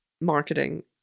marketing